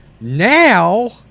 now